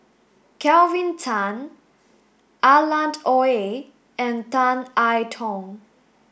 Kelvin Tan Alan the Oei and Tan I Tong